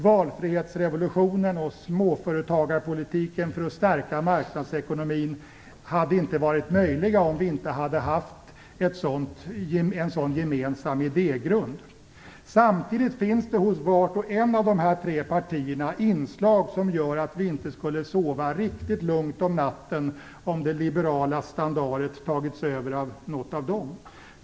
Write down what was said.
Valfrihetsrevolutionen och småföretagarpolitiken för att stärka marknadsekonomin hade inte varit möjliga om vi inte hade haft en sådan gemensam idégrund. Samtidigt finns det hos vart och ett av dessa tre partier inslag som gör att vi inte skulle sova riktigt lugnt om natten om det liberala standaret tagits över av något av dem.